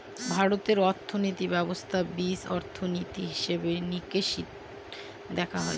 ভারতীয় অর্থনীতি ব্যবস্থার বীজ অর্থনীতি, হিসেব নিকেশ দেখা হয়